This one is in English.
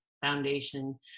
Foundation